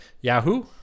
Yahoo